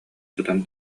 сытан